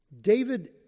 David